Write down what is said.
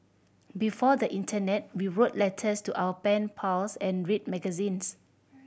before the internet we wrote letters to our pen pals and read magazines